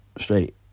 Straight